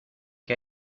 que